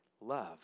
Love